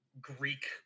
Greek